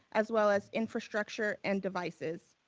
as well as infrastructure and devices.